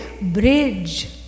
bridge